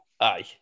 aye